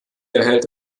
erhält